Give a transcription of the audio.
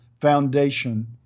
foundation